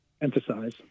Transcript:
emphasize